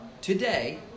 today